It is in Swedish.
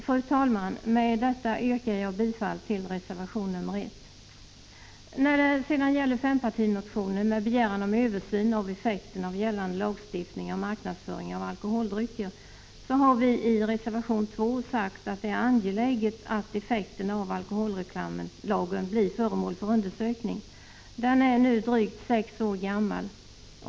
Fru talman! Med detta yrkar jag bifall till reservation nr 1. När det sedan gäller fempartimotionen med begäran om översyn av effekterna av gällande lagstiftning om marknadsföring av alkoholdrycker har vi i reservation 2 sagt att det är angeläget att effekterna av alkoholreklamlagen blir föremål för undersökning. Lagen är nu drygt sex år gammal.